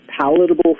palatable